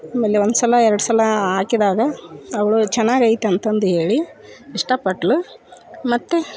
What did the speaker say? ಆಮೇಲೆ ಒಂದು ಸಲ ಎರಡು ಸಲ ಹಾಕಿದಾಗ ಅವಳು ಚೆನ್ನಾಗಿ ಐತೆ ಅಂತಂದು ಹೇಳಿ ಇಷ್ಟಪಟ್ಳು ಮತ್ತು